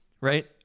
right